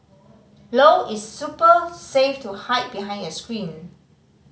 low its super safe to hide behind a screen